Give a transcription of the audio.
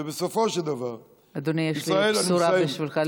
ובסופו של דבר, ישראל, אדוני, יש לי בשורה בשבילך.